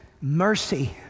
Mercy